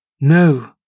No